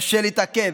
קשה להתעכב,